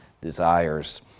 desires